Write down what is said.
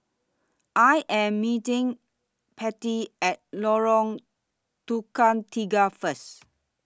I Am meeting Pete At Lorong Tukang Tiga First